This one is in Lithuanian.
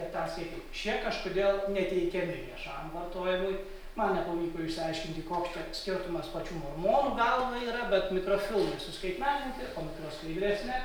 ir ten skatyt šie kažkodėl neteikiami viešam vartojimui man nepavyko išsiaiškinti koks čia skirtumas pačių mormonų galva yra bet mikrofilmai suskaitmeninti o mikroskaidrės ne